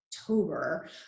October